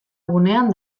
gunean